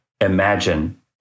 imagine